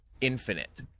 infinite